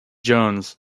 jones